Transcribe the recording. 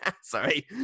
Sorry